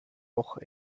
doch